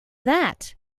that